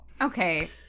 okay